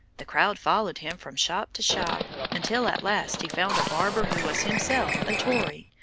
the crowd followed him from shop to shop, until at last he found a barber who was himself a tory,